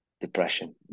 depression